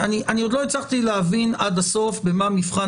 אני עוד לא הצלחתי להבין עד הסוף במה מבחן